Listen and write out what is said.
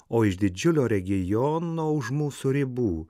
o iš didžiulio regiono už mūsų ribų